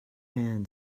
man